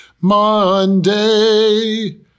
Monday